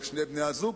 בשני בני-הזוג,